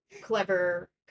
clever